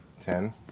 Ten